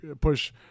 push